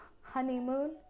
honeymoon